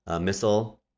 missile